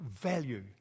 value